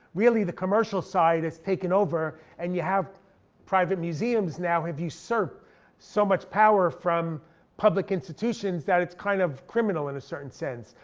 really the commercial side has taken over, and you have private museums now have usurped so much power from public institutions that it's kind of criminal in a certain sense.